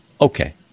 Okay